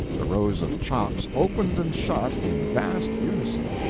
the rows of chops opened and shut in vast unison,